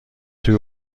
توی